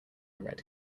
red